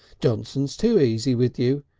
johnson's too easy with you.